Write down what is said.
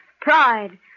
pride